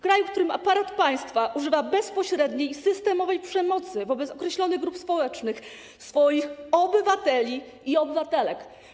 Kraj, w którym aparat państwa używa bezpośredniej i systemowej przemocy wobec określonych grup społecznych, swoich obywateli i obywatelek.